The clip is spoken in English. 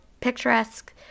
picturesque